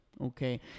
Okay